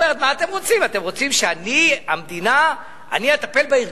המדינה יוצאת משירותים רבים שהיא צריכה לתת,